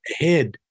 ahead